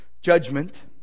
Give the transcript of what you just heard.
judgment